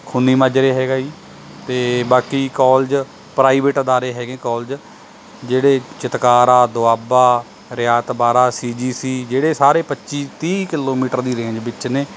ਖੁੰਨੀ ਮਾਜਰੇ ਹੈਗਾ ਏ ਜੀ ਅਤੇ ਬਾਕੀ ਕੋਲਜ ਪ੍ਰਾਈਵੇਟ ਅਦਾਰੇ ਹੈਗੇ ਕੋਲਜ ਜਿਹੜੇ Chitkara Doaba Rayat Bahra C G C ਜਿਹੜੇ ਸਾਰੇ ਪੱਚੀ ਤੀਹ ਕਿੱਲੋਮੀਟਰ ਦੀ ਰੇਂਜ ਵਿੱਚ ਨੇ